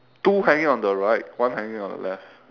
two hanging on the right one hanging on the left